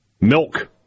Milk